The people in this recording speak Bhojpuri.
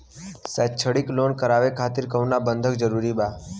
शैक्षणिक लोन करावे खातिर कउनो बंधक जरूरी बा?